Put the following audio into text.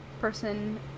person